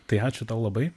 tai ačiū tau labai